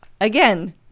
again